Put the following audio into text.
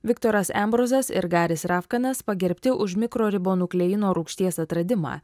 viktoras embrozus ir garis rafkanas pagerbti už mikro ribonukleino rūgšties atradimą